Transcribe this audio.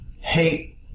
hate